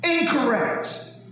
Incorrect